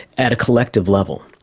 at a collective level.